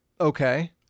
Okay